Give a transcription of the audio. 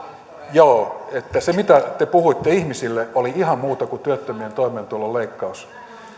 esiintyi se mitä te puhuitte ihmisille oli ihan muuta kuin työttömien toimeentulon leikkaus